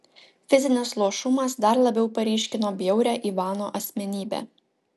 fizinis luošumas dar labiau paryškino bjaurią ivano asmenybę